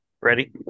ready